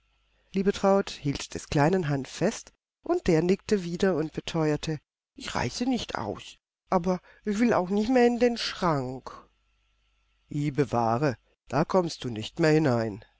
liebetraut hielt des kleinen hand fest und der nickte wieder und beteuerte ich reiße nicht aus aber ich will auch nicht mehr in den schrank i bewahre da kommst du nicht mehr hinein